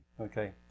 Okay